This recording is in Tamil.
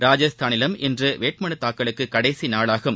ராஜஸ்தானிலும் இன்று வேட்புமனுத் தாக்கலுக்கு கடைசி நாளாகும்